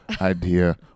idea